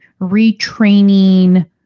retraining